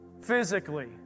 physically